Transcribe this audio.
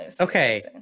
okay